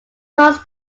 those